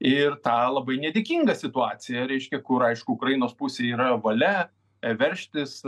ir tą labai nedėkingą situaciją reiškia kur aišku ukrainos pusėj yra valia veržtis